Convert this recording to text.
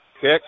kick